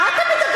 מה אתה מדבר?